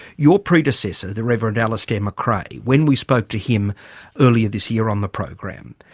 your predecessor, the reverend alistair macrae when we spoke to him earlier this year on the program,